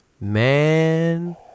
man